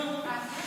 נו, אז?